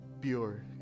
pure